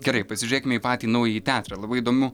gerai pasižiūrėkime į patį naująjį teatrą labai įdomu